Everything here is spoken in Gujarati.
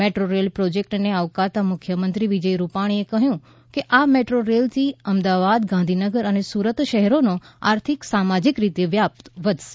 મેટ્રો રેલ પ્રોજેક્ટને આવકારતા મુખ્યમંત્રી વિજય રૂપાણીએ કહ્યું કે આ મેટ્રો રેલથી અમદાવાદ ગાંધીનગર અને સુરત શહેરોનો આર્થિક સામાજીક રીતે વ્યાપ વધશે